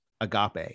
agape